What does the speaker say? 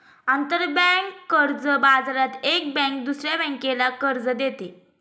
आंतरबँक कर्ज बाजारात एक बँक दुसऱ्या बँकेला कर्ज देते